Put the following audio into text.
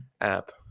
app